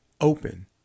open